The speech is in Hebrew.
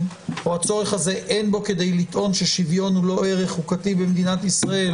הצורך הזה אין בו כדי לטעון ששוויון הוא לא ערך חוקתי במדינת ישראל